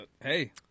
hey